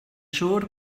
siŵr